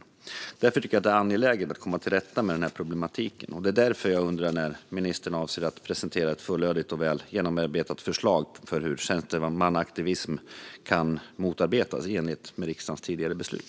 Jag tycker därför att det är angeläget att komma till rätta med den här problematiken, och jag undrar när ministern avser att presentera ett fulllödigt och väl genomarbetat förslag till hur tjänstemannaaktivism kan motarbetas, i enlighet med riksdagens tidigare beslut.